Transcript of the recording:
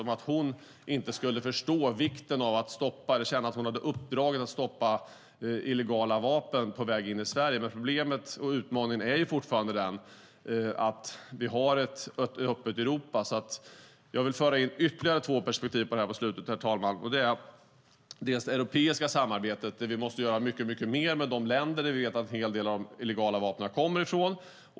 Skulle hon inte förstå vikten av eller inte känna att hon hade uppdraget att hindra illegala vapen från att komma in i Sverige? Problemet och utmaningen är fortfarande att vi har ett öppet Europa. Därför vill jag, herr talman, föra in ytterligare två perspektiv så här på slutet. Det är dels det europeiska samarbetet där vi måste göra mycket mer med de länder som vi vet att en hel del av de illegala vapnen kommer ifrån.